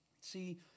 See